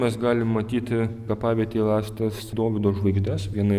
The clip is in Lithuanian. mes galim matyti kapavietėje rastas dovydo žvaigždes viena